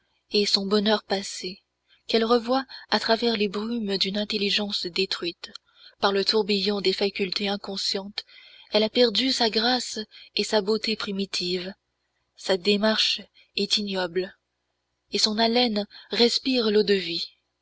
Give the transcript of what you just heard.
et son bonheur passé qu'elle revoit à travers les brumes d'une intelligence détruite par le tourbillon des facultés inconscientes elle a perdu sa grâce et sa beauté primitives sa démarche est ignoble et son haleine respire